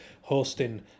hosting